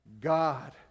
God